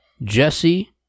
Jesse